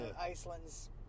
Iceland's